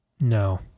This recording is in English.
No